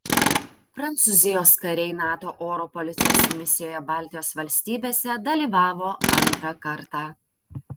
prancūzijos kariai nato oro policijos misijoje baltijos valstybėse dalyvavo antrą kartą